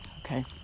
Okay